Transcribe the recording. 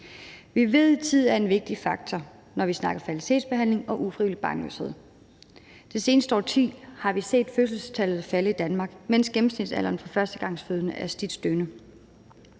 Vi ved, at tid er en vigtig faktor, når vi snakker om fertilitetsbehandling og ufrivillig barnløshed. Det seneste årti har vi set fødselstallet falde i Danmark, mens gennemsnitsalderen for førstegangsfødende er støt stigende.